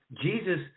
Jesus